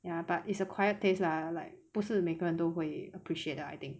ya but is acquired taste lah like 不是每个人都会 appreciate 的 I think